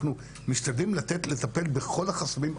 אנחנו משתדלים לטפל בכל החסמים.